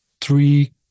three